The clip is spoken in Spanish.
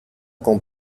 con